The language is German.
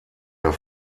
der